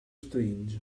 strange